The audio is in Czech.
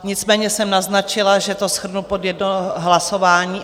Nicméně jsem naznačila, že to shrnu pod jedno hlasování.